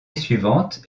suivante